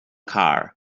car